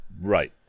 Right